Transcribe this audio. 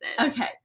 Okay